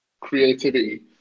creativity